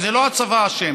ולא הצבא אשם.